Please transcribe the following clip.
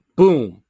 boom